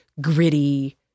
gritty